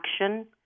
action